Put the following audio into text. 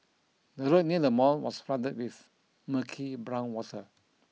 the road near the mall was flooded with murky brown water